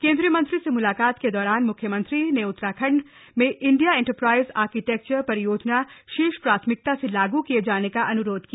केन्द्रीय मंत्री से मुलाकात के दौरान म्ख्यमंत्री ने उत्तराखण्ड में इंडिया एंटरप्राइज आर्किटेक्चर परियोजना शीर्ष प्राथमिकता से लागू किये जाने का अनुरोध किया